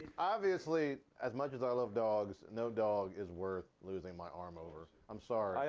obviously, as much as i love dogs, no dog is worth losing my arm over. i'm sorry. i